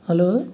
hello